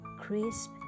crisp